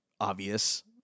obvious